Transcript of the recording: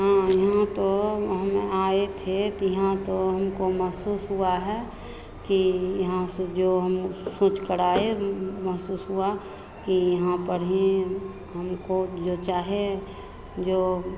हाँ यहाँ तो हम आए थे तो यहाँ तो हमको महसूस हुआ है कि यहाँ से जो हम लोग सोच कड़ आए महसूस हुआ कि यहाँ पर ही हमको जो चाहे जो